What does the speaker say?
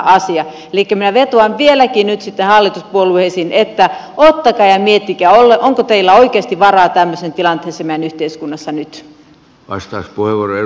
elikkä minä vetoan vieläkin nyt sitten hallituspuolueisiin että ottakaa ja miettikää onko teillä oikeasti varaa tämmöiseen tilanteeseen meidän yhteiskunnassa nyt